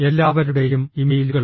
എല്ലാവരുടെയും ഇമെയിലുകൾ